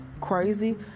crazy